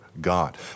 God